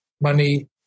money